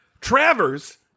Travers